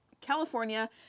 California